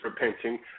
repenting